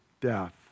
death